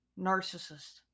narcissist